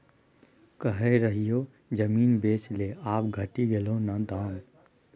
कहय रहियौ जमीन बेच ले आब घटि गेलौ न दाम